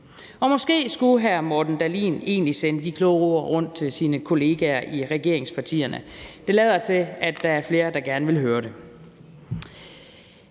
Og måske skulle hr. Morten Dahlin egentlig sende de kloge ord rundt til sine kollegaer i regeringspartierne. Det lader til, at der er flere, der gerne vil høre dem.